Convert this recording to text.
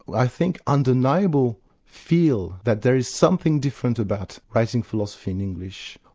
i think, undeniable feel that there is something different about writing philosophy in english,